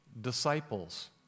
disciples